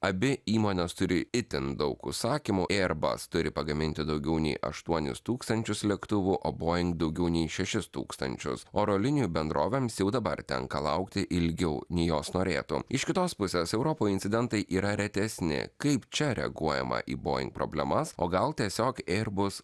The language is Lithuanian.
abi įmonės turi itin daug užsakymų airbus turi pagaminti daugiau nei aštuonis tūkstančius lėktuvų o boeing daugiau nei šešis tūkstančius oro linijų bendrovėms jau dabar tenka laukti ilgiau nei jos norėtų iš kitos pusės europoj incidentai yra retesni kaip čia reaguojama į boeing problemas o gal tiesiog airbus